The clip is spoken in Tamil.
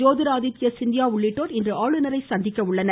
ஜோதிர் ஆதித்யா சிந்தியா உள்ளிட்டோர் இன்று ஆளுநரை சந்திக்க உள்ளன்